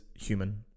human